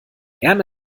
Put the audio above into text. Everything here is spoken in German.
erna